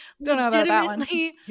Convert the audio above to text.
legitimately